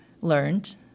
learned